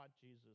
Jesus